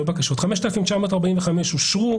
5,945 בקשות אושרו.